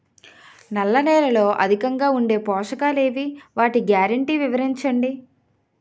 నల్ల నేలలో అధికంగా ఉండే పోషకాలు ఏవి? వాటి గ్యారంటీ వివరించండి?